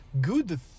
good